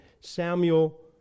Samuel